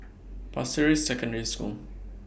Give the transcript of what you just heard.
Pasir Ris Secondary School